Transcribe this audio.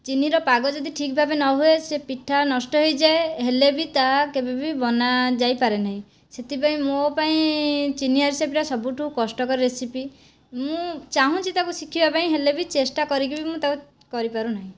ଚିନି ର ପାଗ ଯଦି ଠିକ ଭାବେ ନ ହୁଏ ସେ ପିଠା ନଷ୍ଟ ହୋଇଯାଏ ହେଲେବି ତାହା କେବେ ବି ବନା ଯାଇ ପାରେ ନାହିଁ ସେଥିପାଇଁ ମୋ ପାଇଁ ଚିନି ଆରିସା ପିଠା ସବୁଠୁ କଷ୍ଟକର ରେସିପି ମୁଁ ଚାହୁଁଛି ତାକୁ ଶିଖିବା ପାଇଁ ହେଲେ ବି ଚେଷ୍ଟା କରିକି ବି ମୁଁ ତାକୁ କରିପାରୁ ନାହିଁ